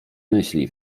myśli